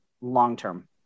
long-term